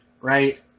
right